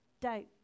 doubt